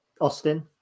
Austin